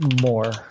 more